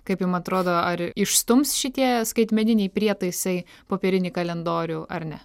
kaip jum atrodo ar išstums šitie skaitmeniniai prietaisai popierinį kalendorių ar ne